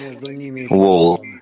wall